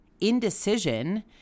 indecision